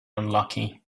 unlucky